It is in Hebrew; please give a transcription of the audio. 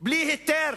בלי היתר